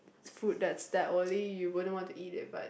food that's that oily you wouldn't want to eat it but